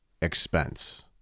expense